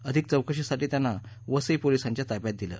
अधिक चौकशीसाठी त्यांना वसई पोलिसांच्या ताब्यात दिलं